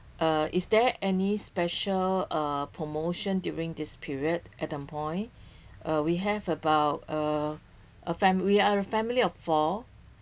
uh is there any special uh promotion during this period at the point ah we have about a a we are a family of four